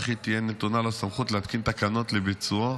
וכי תהיה נתונה לו סמכות להתקין תקנות לביצועו.